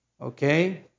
Okay